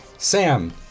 Sam